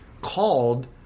called